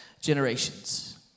generations